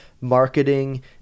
marketing